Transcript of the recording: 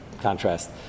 contrast